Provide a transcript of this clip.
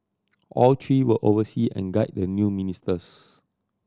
all three will oversee and guide the new ministers